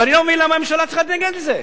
ואני לא מבין למה הממשלה צריכה להתנגד לזה,